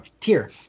tier